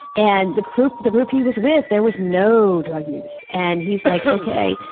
and the group the group he was with, there was no drug use, and he's like, okay.